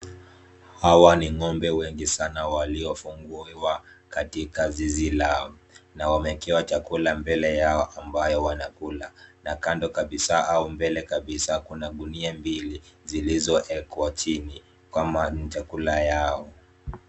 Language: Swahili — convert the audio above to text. Hawa ni ng'ombe wengi sana waliofunguliwa katika zizi lao na wamewekewa chakula mbele yao ambayo wanakula na kando kabisa au mbele kabisa kuna gunia mbili zilizowekwa chini kama ni chakula yao.